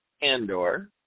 Andor